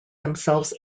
themselves